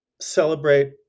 celebrate